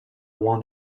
one